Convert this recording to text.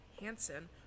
Hansen